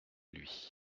lui